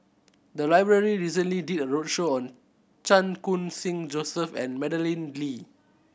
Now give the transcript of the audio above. the library recently did a roadshow on Chan Khun Sing Joseph and Madeleine Lee